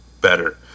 better